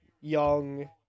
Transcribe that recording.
Young